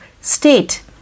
state